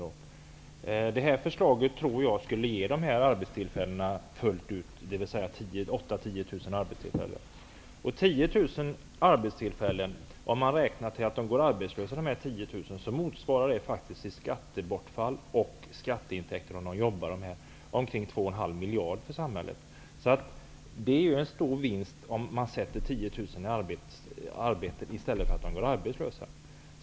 Om det förslaget genomfördes, tror jag att det skulle ge 8 000 à Man har räknat ut att om 10 000 personer som går arbetslösa kan få jobb så innebär förändringen från skattebortfall till skatteintäkter omkring 2,5 miljarder för samhället. Så det är en stor vinst, om man sätter 10 000 personer i arbete i stället för att de går arbetslösa.